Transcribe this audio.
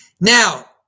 Now